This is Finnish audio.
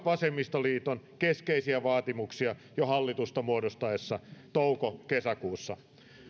vasemmistoliiton keskeisiä vaatimuksia jo hallitusta muodostettaessa touko kesäkuussa